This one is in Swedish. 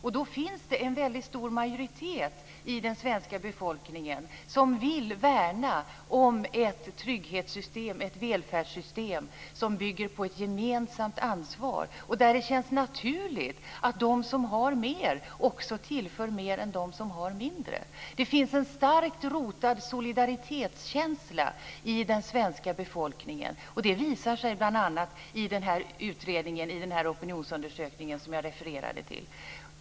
Det finns en väldigt stor majoritet i den svenska befolkningen som vill värna om ett trygghetssystem, ett välfärdssystem som bygger på ett gemensamt ansvar och där det känns naturligt att de som har mer också tillför mer än de som har mindre. Det finns en starkt rotad solidaritetskänsla i den svenska befolkningen. Och det visar sig bl.a. i denna opinionsundersökning som jag refererade till.